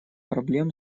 проблем